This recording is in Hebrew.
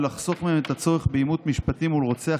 ולחסוך את הצורך בעימות משפטי מול רוצח